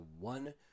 one